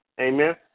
Amen